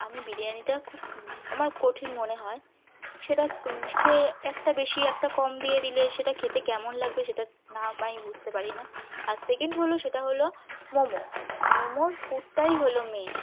আমি বিরিয়ানিটা খুব আমার কঠিন মনে হয় সেটা খেয়ে একটা বেশি একটা কম দিয়ে দিলে সেটা খেতে কেমন লাগবে সেটা না আমি বুঝতে পারি না আর সেকেন্ড হল সেটা হলো মোমো মোমোর পুরটাই হল মেন